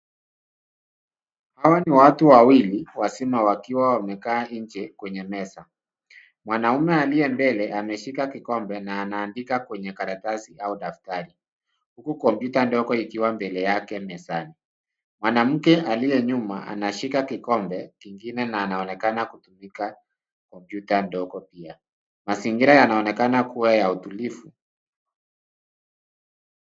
Hawa ni watu wawili wazima wakiwa wamekaa nje kwenye meza. Mwanamume aliye mbele ameshika kikombe na anaandika kwenye karatasi au daftari, huku kompyuta dogo ikiwa mbele yake mezani. Mwanamke aliye nyuma anashika kikombe kingine na anaonekana kutumia kompyuta dogo pia. Mazingira yanaonekana kuwa ya utulivu .